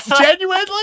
genuinely